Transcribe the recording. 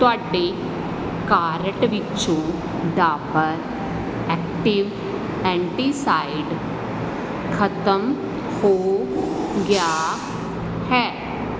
ਤੁਹਾਡੇ ਕਾਰਟ ਵਿੱਚੋਂ Dabur active antacid ਖ਼ਤਮ ਹੋ ਗਿਆ ਹੈ